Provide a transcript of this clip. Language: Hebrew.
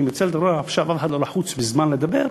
אני מנצל את העובדה שאף אחד לא לחוץ בזמן ויכול לדבר,